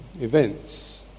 events